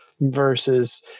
versus